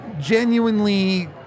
genuinely